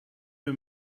you